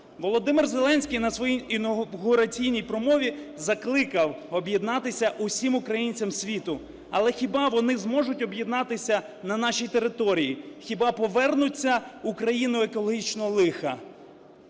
Володимир Зеленській на своїй інавгураційній промові закликав об'єднатися всім українцям світу, але хіба вони зможуть об'єднатися на нашій території, хіба повернуться у країну екологічного лиха?